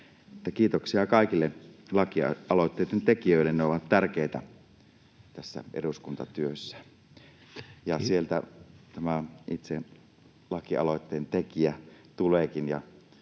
kiitoksia kaikille lakialoitteiden tekijöille. Ne ovat tärkeitä tässä eduskuntatyössä. — Ja sieltä tämä itse lakialoitteen tekijä tuleekin